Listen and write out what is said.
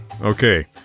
Okay